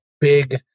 big